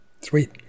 Sweet